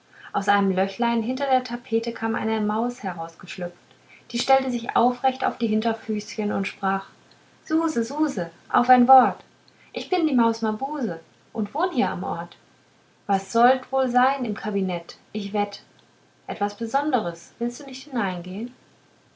aus einem löchlein hinter der tapete kam eine maus herausgeschlüpft die stellte sich aufrecht auf die hinterfüßchen und sprach suse suse auf ein wort ich bin die maus mabuse und wohn hier am ort was sollt wohl sein im kabinett ich wett etwas besonderes willst du nicht hineingehn